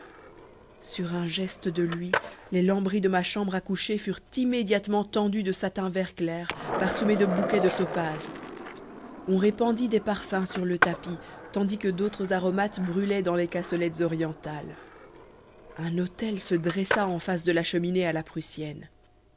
sur un geste de lui les lambris de ma chambre à coucher furent immédiatement tendus de satin vert clair parsemé de bouquets de topaze on répandit des parfums sur le tapis tandis que d'autres aromates brûlaient dans les cassolettes orientales un autel se dressa en face de la cheminée à la prussienne